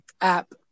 app